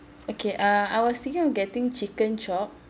okay uh I was thinking of getting chicken chop